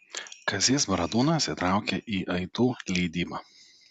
kazys bradūnas įtraukė į aidų leidybą